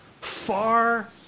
far